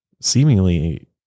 seemingly